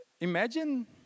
Imagine